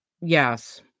yes